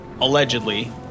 allegedly